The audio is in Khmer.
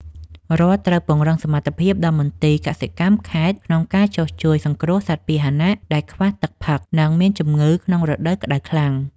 រដ្ឋត្រូវពង្រឹងសមត្ថភាពដល់មន្ទីរកសិកម្មខេត្តក្នុងការចុះជួយសង្គ្រោះសត្វពាហនៈដែលខ្វះទឹកផឹក និងមានជំងឺក្នុងរដូវក្តៅខ្លាំង។